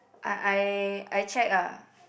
I I I check ah